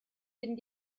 den